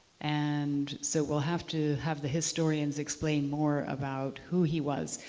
and so we'll have to have the historians explain more about who he was.